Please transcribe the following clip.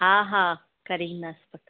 हा हा करे ईंदासीं